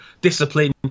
discipline